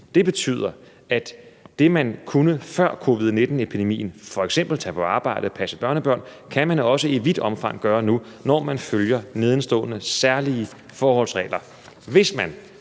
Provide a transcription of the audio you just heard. Det betyder, at det man kunne før COVID-19 epidemien, fx tage på arbejde og passe børnebørn, kan man også i vidt omfang gøre nu, når man følger nedenstående særlige forholdsregler. Hvis man